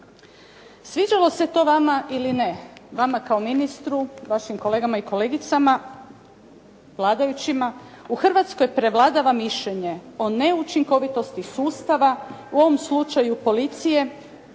Sviđalo se to vama ili ne vama kao ministru, vašim kolegama i kolegicama vladajućima u Hrvatskoj prevladava mišljenje o neučinkovitosti sustava u ovom slučaju policije